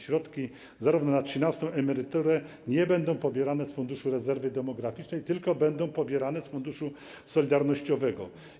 Środki na trzynastą emeryturę nie będą pobierane z Funduszu Rezerwy Demograficznej, tylko będą pobierane z Funduszu Solidarnościowego.